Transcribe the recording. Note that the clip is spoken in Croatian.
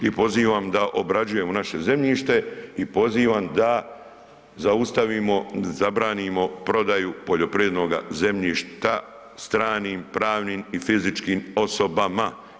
I pozivam da obrađujemo naše zemljište i pozivam da zaustavimo, zabranimo prodaju poljoprivrednoga zemljišta stranim pravnim i fizičkim osobama.